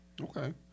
Okay